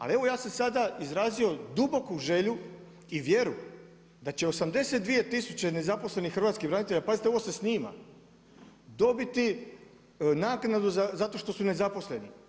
Ali evo ja sam sada izrazio duboku želju i vjeru da će 82 tisuće nezaposlenih hrvatskih branitelja, pazite ovo se snima, dobiti naknadu zato što su nezaposleni.